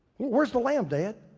where's the lamb, dad?